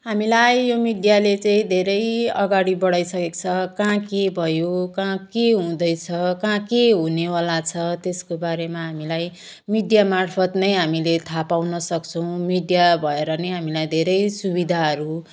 हामीलाई यो मिडियाले चाहिँ धेरै अगाडि बढाइसकेको छ कहाँ के भयो कहाँ के हुँदैछ कहाँ के हुनेवाला छ त्यसको बारेमा हामीलाई मिडिया मार्फत् नै हामीले थाहा पाउनसक्छौँ मिडिया भएर नै हामीलाई धेरै सुविधाहरू